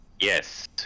yes